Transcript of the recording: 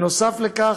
נוסף על כך,